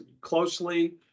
closely